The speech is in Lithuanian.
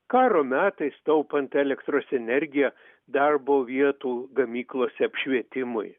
karo metais taupant elektros energiją darbo vietų gamyklose apšvietimui